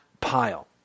pile